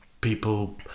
people